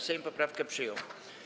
Sejm poprawkę przyjął.